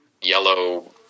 yellow